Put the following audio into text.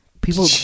People